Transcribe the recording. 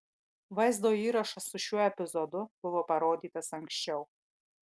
vaizdo įrašas su šiuo epizodu buvo parodytas anksčiau